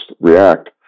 react